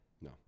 No